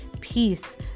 peace